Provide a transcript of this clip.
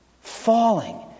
Falling